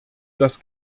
das